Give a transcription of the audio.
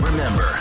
Remember